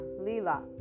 Lila